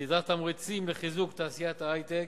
סדרת תמריצים לחיזוק תעשיית ההיי-טק,